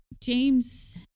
James